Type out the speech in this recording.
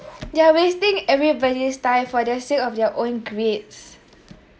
they're wasting everybody's time for their sake of their own grades